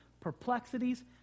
perplexities